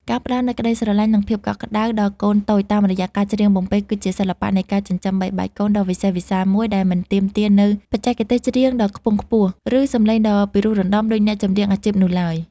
ការផ្ដល់នូវក្ដីស្រឡាញ់ និងភាពកក់ក្តៅដល់កូនតូចតាមរយៈការច្រៀងបំពេ គឺជាសិល្បៈនៃការចិញ្ចឹមបីបាច់កូនដ៏វិសេសវិសាលមួយដែលមិនទាមទារនូវបច្ចេកទេសច្រៀងដ៏ខ្ពង់ខ្ពស់ ឬសំឡេងដ៏ពីរោះរណ្ដំដូចអ្នកចម្រៀងអាជីពនោះឡើយ។